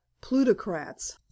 plutocrats